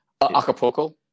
Acapulco